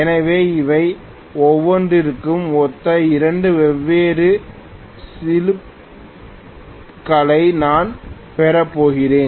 எனவே அவை ஒவ்வொன்றிற்கும் ஒத்த 2 வெவ்வேறு சிலிப்களை நான் பெறப்போகிறேன்